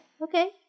Okay